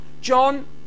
John